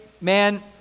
man